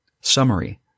Summary